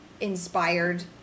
inspired